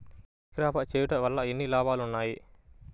ఈ క్రాప చేయుట వల్ల ఎన్ని లాభాలు ఉన్నాయి?